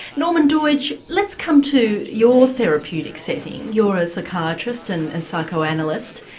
norman doidge, let's come to your therapeutic setting, you're a psychiatrist and and psychoanalyst.